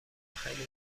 خیلی